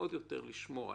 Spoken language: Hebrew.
עוד יותר רוצים לשמור עליהן.